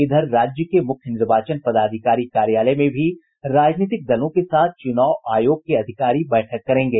इधर राज्य के मुख्य निर्वाचन पदाधिकारी कार्यालय में भी राजनीतिक दलों के साथ चुनाव आयोग के अधिकारी बैठक करेंगे